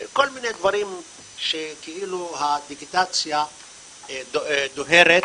כל מיני דברים שכאילו הדיגיטציה דוהרת